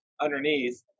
underneath